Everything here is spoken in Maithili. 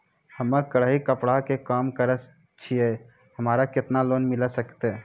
हम्मे कढ़ाई कपड़ा के काम करे छियै, हमरा केतना लोन मिले सकते?